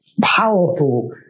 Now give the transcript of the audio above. powerful